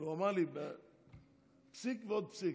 אבל הוא אמר לי פסיק ועוד פסיק.